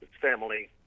family